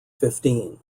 fifteen